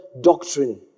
doctrine